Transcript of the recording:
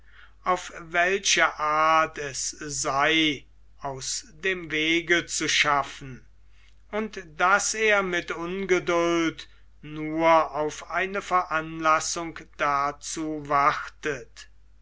auf welche art es sei aus dem wege zu schaffen und daß er mit ungeduld nur auf eine veranlassung dazu wartet